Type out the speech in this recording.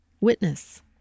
witness